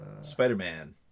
Spider-Man